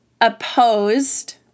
opposed